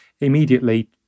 immediately